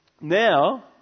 Now